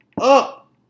up